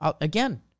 again